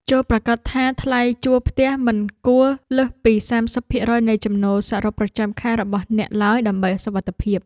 ចូរប្រាកដថាថ្លៃជួលផ្ទះមិនគួរលើសពីសាមសិបភាគរយនៃចំណូលសរុបប្រចាំខែរបស់អ្នកឡើយដើម្បីសុវត្ថិភាព។